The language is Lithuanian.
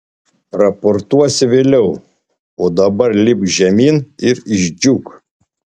raportuosi vėliau o dabar lipk žemyn ir išdžiūk